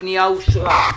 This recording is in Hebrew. פנייה מס' 8016 אושרה.